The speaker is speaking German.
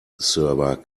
server